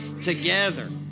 Together